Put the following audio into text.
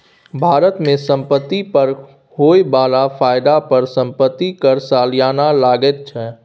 भारत मे संपत्ति पर होए बला फायदा पर संपत्ति कर सलियाना लगैत छै